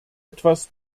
etwas